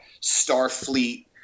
Starfleet